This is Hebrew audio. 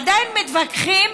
עדיין מתווכחים